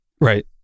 right